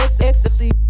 ecstasy